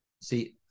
see